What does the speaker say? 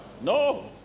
No